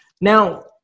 Now